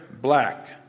Black